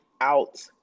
out